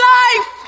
life